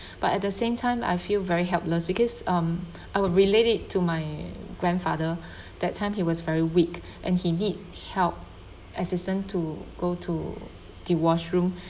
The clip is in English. but at the same time I feel very helpless because um I would relate it to my grandfather that time he was very weak and he need help assistance to go to the washroom